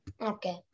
Okay